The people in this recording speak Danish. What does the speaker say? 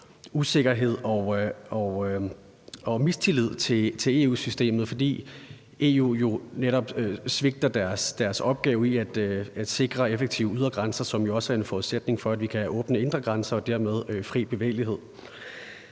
usikkerhed og mistillid til EU-systemet, fordi EU jo netop svigter deres opgave i at sikre effektive ydre grænser, som jo også er en forudsætning for, at vi kan have åbne indre grænser og dermed fri bevægelighed.